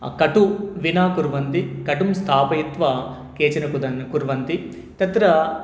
कटुना विना कुर्वन्ति कटुं स्थापयित्वा केचन कुदन् कुर्वन्ति तत्र